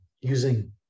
using